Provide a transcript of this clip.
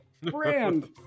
Brand